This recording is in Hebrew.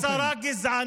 היא שרה גזענית,